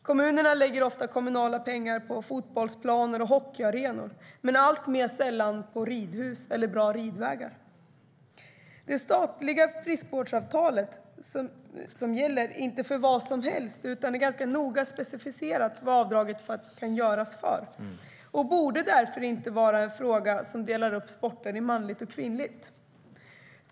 Kommuner lägger ofta kommunala pengar på fotbollsplaner och hockeyarenor men alltmer sällan på ridhus eller bra ridvägar. Det statliga friskvårdsavdraget gäller inte för vad som helst, utan det är noga specificerat vad avdrag kan göras för och borde därför inte vara en fråga som delar upp sporter i manligt och kvinnligt.